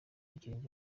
ikirenge